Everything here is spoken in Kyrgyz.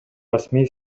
расмий